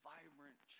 vibrant